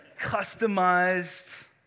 customized